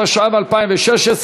התשע"ו 2016,